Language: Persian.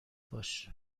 باش